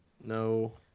No